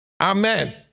Amen